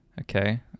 Okay